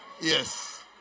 Yes